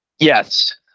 Yes